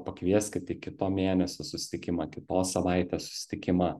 pakvieskit į kito mėnesio susitikimą kitos savaitės susitikimą